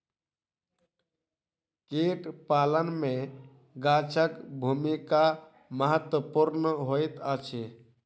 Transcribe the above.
कीट पालन मे गाछक भूमिका महत्वपूर्ण होइत अछि